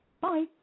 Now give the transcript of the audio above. Bye